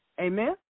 Amen